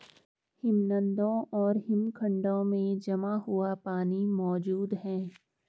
हिमनदों और हिमखंडों में जमा हुआ पानी मौजूद हैं